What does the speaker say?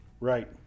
right